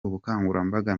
ubukangurambaga